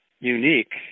unique